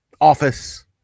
office